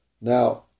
Now